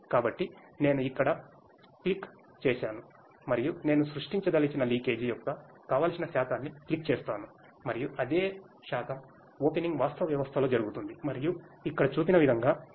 కాబట్టి నేను ఇక్కడ క్లిక్ చేసాను మరియు నేను సృష్టించదలచిన లీకేజీ యొక్క కావలసిన శాతాన్ని క్లిక్ చేస్తాను మరియు అదే శాతం ఓపెనింగ్ వాస్తవ వ్యవస్థలో జరుగుతుంది మరియు ఇక్కడ చూపిన విధంగా నీరు ప్రవహిస్తుంది